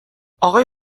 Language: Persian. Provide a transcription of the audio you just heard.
آقای